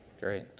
Great